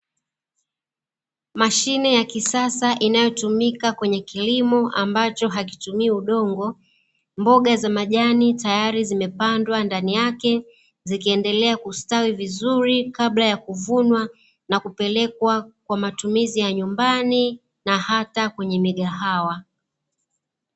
Mashine ya kisasa inayotumika kwenye kilimo ambacho hakitumii udongo. Mboga za majani tayari zimepandwa ndani yake, zikiendelea kustawi vizuri, kabla ya kuvunwa na kupelekwa kwa matumizi ya nyumbani na hata kwenye migahawa.